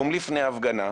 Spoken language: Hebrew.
יום לפני ההפגנה,